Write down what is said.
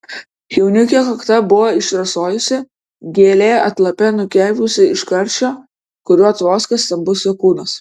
jaunikio kakta buvo išrasojusi gėlė atlape nukeipusi iš karščio kuriuo tvoskė stambus jo kūnas